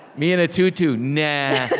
me in a tutu nah